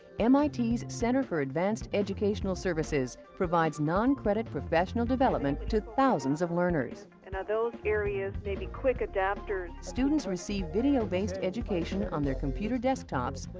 um ah center for advanced educational services provides non-credit professional development to thousands of learners. and of those areas may be quick adapters students receive video-based education on their computer desktops,